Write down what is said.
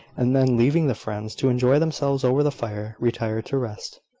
and then, leaving the friends to enjoy themselves over the fire, retired to rest.